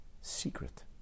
Secret